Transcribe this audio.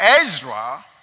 Ezra